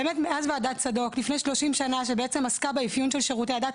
באמת מאז ועדת צדוק לפני 30 שנים שבעצם עסקה באפיון של שירותי הדת,